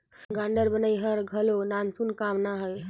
guarantor बनई हर घलो नानसुन काम ना हवे